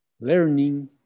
learning